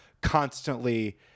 constantly